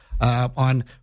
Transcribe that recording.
on